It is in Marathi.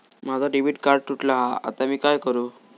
माझा डेबिट कार्ड तुटला हा आता मी काय करू?